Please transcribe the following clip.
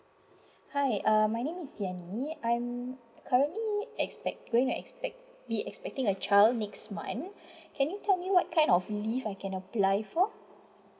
hi uh my name is yani I'm currently expect going to expect be expecting a child next month can you tell me what kind of leave I can apply for